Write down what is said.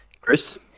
Chris